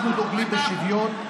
אנחנו דוגלים בשוויון.